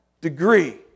degree